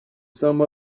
some